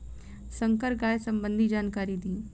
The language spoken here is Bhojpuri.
संकर गाय सबंधी जानकारी दी?